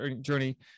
journey